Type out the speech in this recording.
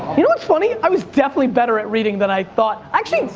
you know what's funny? i was definitely better at reading than i thought. actually,